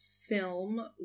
film